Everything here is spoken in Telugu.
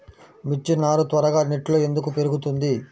మిర్చి నారు త్వరగా నెట్లో ఎందుకు పెరుగుతుంది?